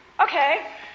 Okay